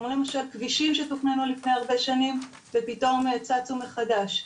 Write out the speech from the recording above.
כמו למשל כבישים שתוכננו לפני הרבה שנים ופתאום צצו מחדש,